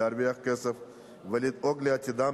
להרוויח כסף ולדאוג לעתידם,